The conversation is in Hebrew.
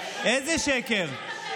איזה שקר?